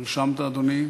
נרשמת, אדוני.